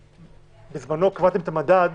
בזמנו קבעתם את המדד